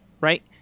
right